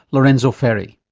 lorenzo ferri.